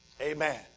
Amen